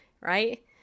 Right